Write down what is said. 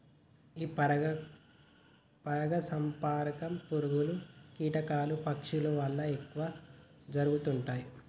ఈ పరాగ సంపర్కం పురుగులు, కీటకాలు, పక్షుల వల్ల ఎక్కువ జరుగుతుంటాయి